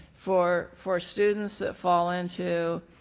for for students that fall into